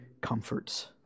comforts